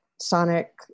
sonic